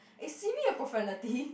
is C_B a profanity